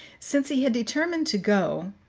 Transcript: since he had determined to go,